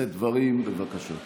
לשאת דברים, בבקשה.